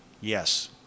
yes